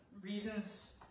Reasons